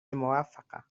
موفقن